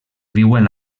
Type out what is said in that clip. viuen